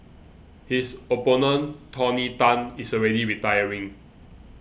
his opponent Tony Tan is already retiring